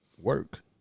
work